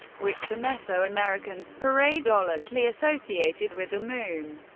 which the mesoamericans pareidolically associated with the moon.